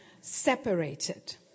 separated